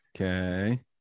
Okay